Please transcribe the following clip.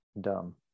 dumb